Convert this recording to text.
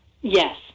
Yes